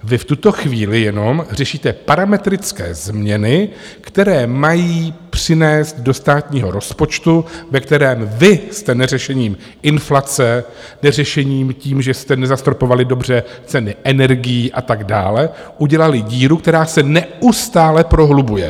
Vy v tuto chvíli jenom řešíte parametrické změny, které mají přinést do státního rozpočtu, ve kterém vy jste neřešením inflace, neřešením toho, že jste nezastropovali dobře ceny energií a tak dále, udělali díru, která se neustále prohlubuje.